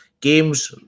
Games